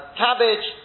cabbage